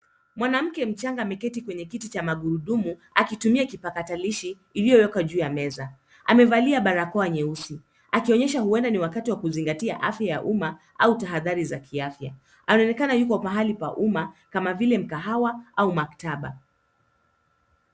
Mwanamke mchanga ameketi kwenye kiti cha magurudumu akitumia kipakatalishi iliyoekwajuu ya meza. Amevalia barakoa nyeusi akionyesha huenda ni wakati wa kuzingatia afya ya uma au tahadhari za kiafya. Anaonekana yuko mahali pa uma kama vile mkahawa au maktaba.